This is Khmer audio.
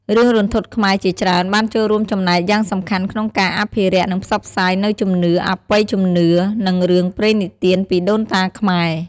រឿងរន្ធត់ខ្មែរជាច្រើនបានចូលរួមចំណែកយ៉ាងសំខាន់ក្នុងការអភិរក្ស និងផ្សព្វផ្សាយនូវជំនឿ អបិយជំនឿ និងរឿងព្រេងនិទានពីដូនតាខ្មែរ។